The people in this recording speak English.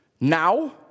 Now